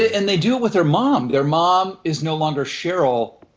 and they do it with their mom. their mom is no longer sheryl.